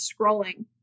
scrolling